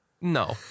No